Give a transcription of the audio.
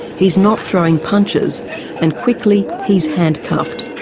he's not throwing punches and quickly he's handcuffed.